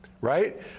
right